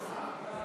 משלוח התראת תשלום